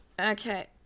okay